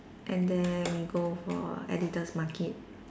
and then we go for Editor's Market